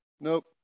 Nope